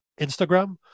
Instagram